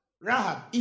Rahab